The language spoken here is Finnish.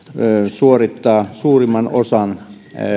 suorittaa suurimman osan